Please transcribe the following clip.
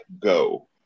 go